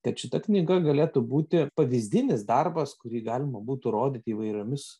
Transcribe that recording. kad šita knyga galėtų būti pavyzdinis darbas kurį galima būtų rodyt įvairiomis